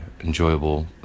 enjoyable